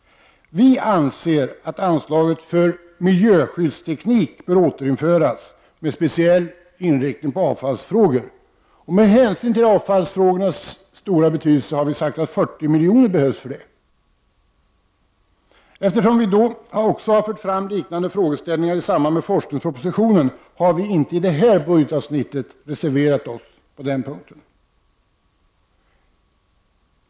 Vi anser att anslaget för miljöskyddsteknik bör återinföras med speciell inriktning på avfallsfrågor. Med hänsyn till avfallsfrågornas stora betydelse har vi sagt att det behövs en förstärkning på 40 milj.kr. Eftersom vi också har fört fram liknande frågeställningar i samband med forskningspropositionen, har vi inte i det här budgetavsnittet reserverat oss på den punkten.